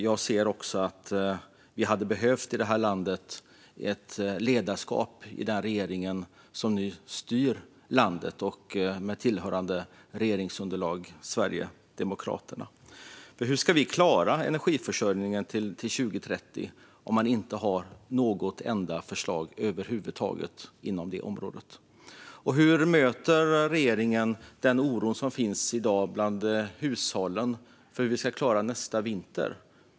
Jag ser också att vi hade behövt ett ledarskap i den regering som nu styr landet med det tillhörande regeringsunderlaget Sverigedemokraterna. Hur ska vi klara energiförsörjningen till 2030 om man inte har något förslag över huvud taget inom det området? Och hur möter regeringen den oro som i dag finns bland hushållen för hur de ska klara nästa vinter?